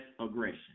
aggression